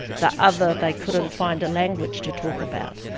the other they couldn't find a language to talk about.